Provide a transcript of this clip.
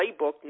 playbook